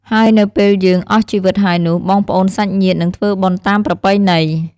ហើយនៅពេលយើងអស់ជីវីតហើយនោះបងប្អួនសាច់ញាត្តិនិងធ្វើបុណ្យតាមប្រពៃណី។